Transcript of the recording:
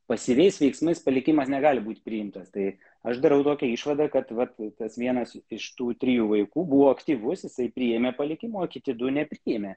pasyviais veiksmais palikimas negali būti priimtas taip aš darau tokią išvadą kad va plytas vienas iš tų trijų vaikų buvo aktyvus jisai priėmė palikimą kiti du nepriėmė